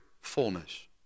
fullness